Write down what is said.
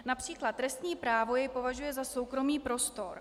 Například trestní právo jej považuje za soukromý prostor.